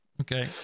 Okay